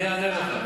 אני אענה לך.